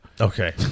Okay